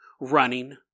running